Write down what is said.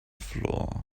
floor